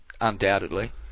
undoubtedly